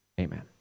Amen